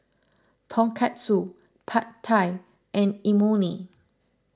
Tonkatsu Pad Thai and Imoni